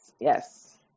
yes